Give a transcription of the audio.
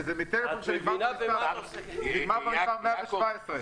קודם כול, גיליתי המון קווי סיוע ותמיכה חסומים.